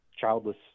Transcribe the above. childless